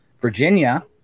Virginia